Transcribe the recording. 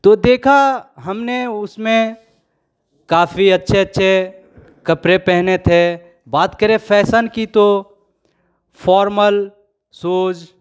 तो देखा हमने उसमें काफी अच्छे अच्छे कपड़े पहने थे बात करें फैशन की तो फॉर्मल शूज़